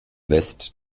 west